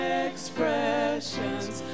expressions